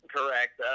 Correct